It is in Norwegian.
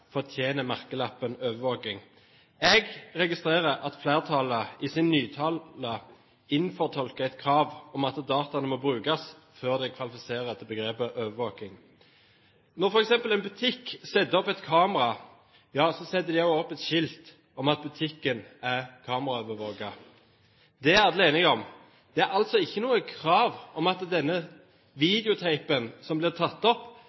fortjener merkelappen «overvåking». Jeg registrerer at flertallet i sin nytale fortolker kravet slik at dataene må brukes før det kvalifiserer til begrepet «overvåking». Når f.eks. en butikk setter opp et kamera, setter de opp et skilt om at butikken er kameraovervåket. Det er alle enige om. Det er altså ikke noe krav om at denne videotapen som blir tatt opp,